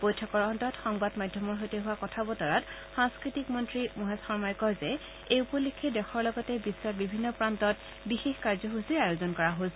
বৈঠকৰ অন্তত সংবাদ মাধ্যমৰ সৈতে হোৱা কথা বতৰাত সাংস্থতিক মন্ত্ৰী মহেশ শৰ্মাই কয় যে এই উপলক্ষে দেশৰ লগতে বিশ্বৰ বিভিন্ন প্ৰান্তত বিশেষ কাৰ্যসূচীৰ আয়োজন কৰা হৈছে